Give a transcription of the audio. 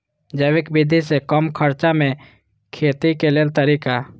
जैविक विधि से कम खर्चा में खेती के लेल तरीका?